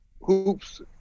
hoops